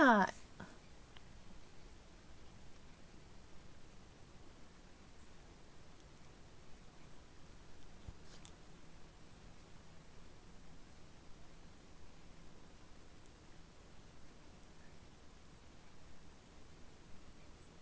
not